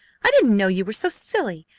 i didn't know you were so silly.